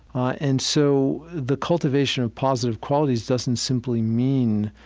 and so the cultivation of positive qualities doesn't simply mean